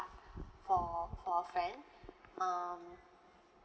for for a friend um